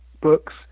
books